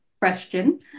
question